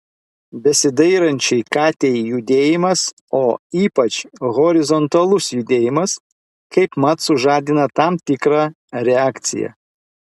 besidairančiai katei judėjimas o ypač horizontalus judėjimas kaipmat sužadina tam tikrą reakciją